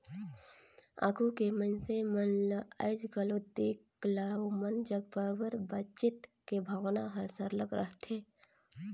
आघु के मइनसे मन ल आएज घलो देख ला ओमन जग बरोबेर बचेत के भावना हर सरलग रहथे